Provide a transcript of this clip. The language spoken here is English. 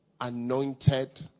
anointed